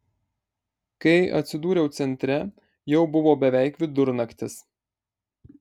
kai atsidūriau centre jau buvo beveik vidurnaktis